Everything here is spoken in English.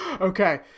Okay